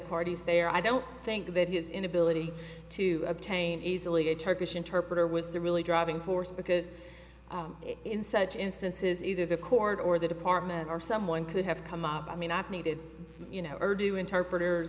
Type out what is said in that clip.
parties there i don't think that his inability to obtain easily a turkish interpreter was the really driving force because in such instances either the court or the department or someone could have come up i mean i've needed you know or do interpreters